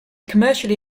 commercially